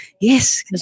yes